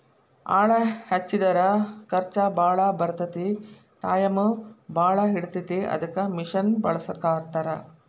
ಆಳ ಹಚ್ಚಿದರ ಖರ್ಚ ಬಾಳ ಬರತತಿ ಟಾಯಮು ಬಾಳ ಹಿಡಿತತಿ ಅದಕ್ಕ ಮಿಷನ್ ಬಳಸಾಕತ್ತಾರ